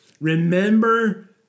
remember